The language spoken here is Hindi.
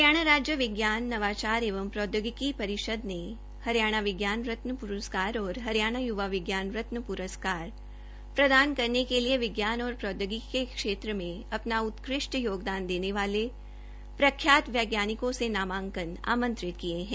हरियाणा राज्य विज्ञान नवाचार एवं प्रौद्योगिकी परिषद ने हरियाणा विज्ञान रत्न पुरस्कार तथा हरियाणा युवा विज्ञान रत्न पुरस्कार प्रदान करने के लिए विज्ञान और प्रौद्योगिकी के क्षेत्र में अपना उत्कृष्ट योगदान देने वाले प्रख्यात वैज्ञानिकों से नामांकन आमंत्रित किए हैं